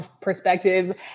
perspective